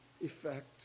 effect